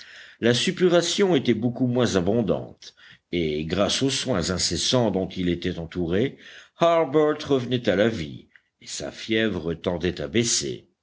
la suppuration était beaucoup moins abondante et grâce aux soins incessants dont il était entouré harbert revenait à la vie et sa fièvre tendait à baisser